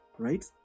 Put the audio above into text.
right